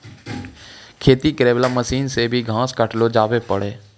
खेती करै वाला मशीन से भी घास काटलो जावै पाड़ै